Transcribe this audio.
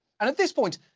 and at this point,